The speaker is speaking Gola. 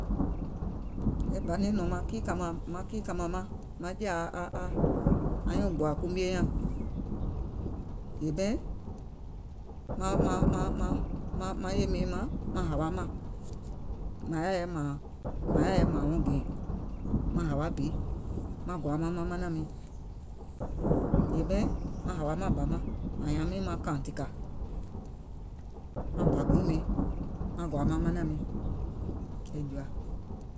E bà niŋ nɔ̀ŋ maŋ kiìkàmàŋ, maŋ kiìkàmàŋ maŋ, maŋ jè a a anyuùŋ gbòà kui mie nyàŋ, yèè ɓɛìŋ maŋ maŋ maŋ maŋ, maŋ yè miiŋ maŋ maŋ hàwa màŋ, màŋ yaà yɛi mààŋ wɔŋ gɛ̀ɛ̀ŋ, maŋ hàwa bi maŋ gɔ̀à maŋ maŋ manàŋ miìŋ, yèè ɓɛìŋ maŋ hȧwa màŋ bà maŋ, ȧŋ nyȧaŋ miŋ kààŋtìkȧ, maŋ bà guùŋ miiŋ, maŋ gɔ̀àȧ maŋ manȧŋ miìŋ, è jùà.